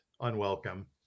unwelcome